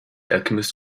alchemist